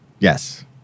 Yes